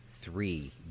three